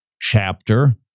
chapter